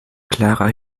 klarer